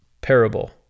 parable